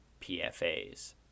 PFAs